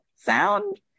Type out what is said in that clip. Sound